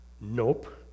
Nope